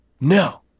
No